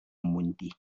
موندی